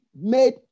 made